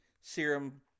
serum